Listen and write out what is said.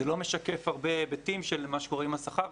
זה לא משקף הרבה היבטים של מה שקורה עם השכר,